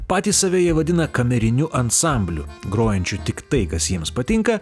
patys save jie vadina kameriniu ansambliu grojančiu tik tai kas jiems patinka